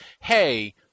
hey